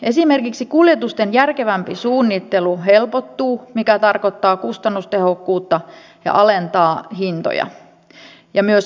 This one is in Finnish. esimerkiksi kuljetusten järkevämpi suunnittelu helpottuu mikä tarkoittaa kustannustehokkuutta ja alentaa hintoja ja myös energiaa säästyy